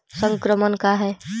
संक्रमण का है?